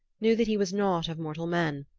knew that he was not of mortal men,